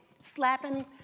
slapping